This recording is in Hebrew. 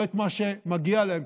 לא את מה שמגיע להם,